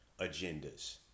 agendas